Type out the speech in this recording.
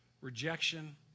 Rejection